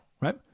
right